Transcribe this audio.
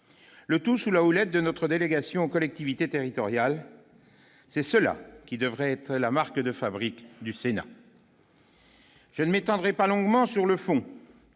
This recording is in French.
le tout sous la houlette de notre délégation aux collectivités territoriales c'est cela qui devrait être la marque de fabrique du Sénat. Je ne m'étendrai pas longuement sur le fond,